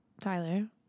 Tyler